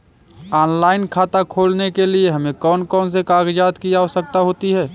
Online खाता खोलने के लिए हमें कौन कौन से कागजात की आवश्यकता होती है?